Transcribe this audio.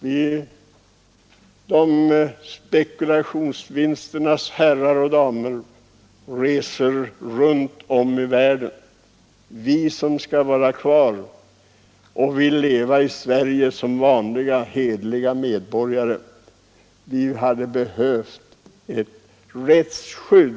Dessa reser runt om i världen, men vi vanliga hederliga medborgare som stannar kvar och vill leva i Sverige, vi hade behövt ett bättre rättsskydd